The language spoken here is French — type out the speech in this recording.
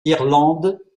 irlande